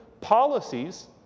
policies